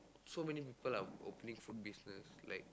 so many people are opening food business like